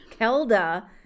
Kelda